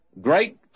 great